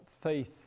faith